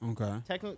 Okay